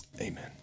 Amen